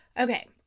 Okay